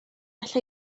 alla